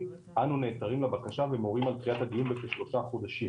אנו נעתרים לבקשה ומורים על תחילת הדיון בכשלושה חודשים".